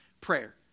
prayer